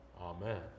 Amen